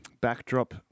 backdrop